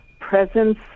presence